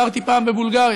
גרתי פעם בבולגריה,